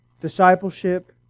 discipleship